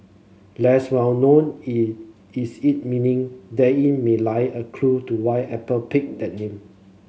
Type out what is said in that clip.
less well known is its meaning then in may lie a clue to why Apple picked that name